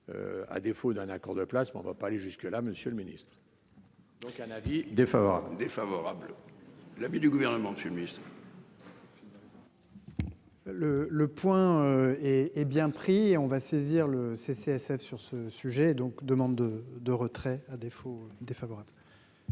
À défaut d'un accord de place mais on va pas aller jusque-là, Monsieur le Ministre. Donc un avis défavorable défavorable. L'avis du gouvernement de fumisterie. Le le point hé hé bien pris on va saisir le CCSF sur ce sujet donc demande de retrait à défaut défavorable.